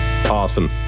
Awesome